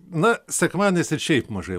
na sekmadieniais ir šiaip mažai